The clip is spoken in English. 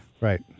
Right